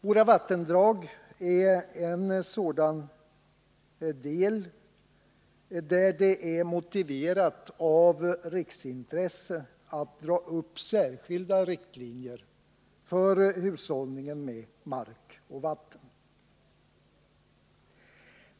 Våra vattendrag är en sådan tillgång, för vilken det med hänsyn till riksintresset är motiverat att dra upp särskilda riktlinjer i samband med arbetet för hushållning med mark och vatten.